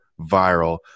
viral